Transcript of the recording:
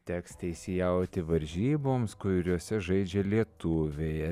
teks teisėjauti varžyboms kuriose žaidžia lietuviai